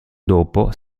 dopo